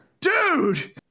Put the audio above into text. dude